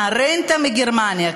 הרנטה מגרמניה,